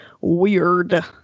weird